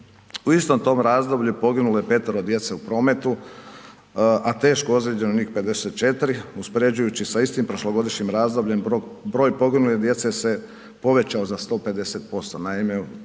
u istom tom razdoblju poginulo je petero djece u prometu, a teško ozlijeđeno njih 54. Uspoređujući sa istim prošlogodišnjim razdobljem broj poginule djece se povećao za 150%. Naime, u